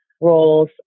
roles